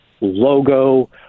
logo